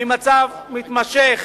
ממצב מתמשך